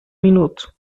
minuto